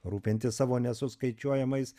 rūpintis savo nesuskaičiuojamais